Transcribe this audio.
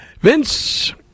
Vince